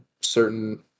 certain